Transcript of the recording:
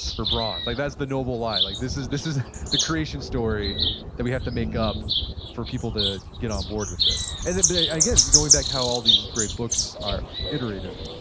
or bronze. like that's the noble lie. like this is this is the creation story that we have to make up for people to get onboard with this and again, going back to how all these great books are iterative,